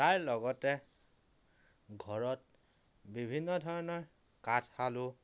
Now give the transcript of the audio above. তাৰ লগতে ঘৰত বিভিন্ন ধৰণৰ কাঠ আলু